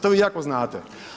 To vi jako znate.